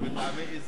זה מטעמי איזון.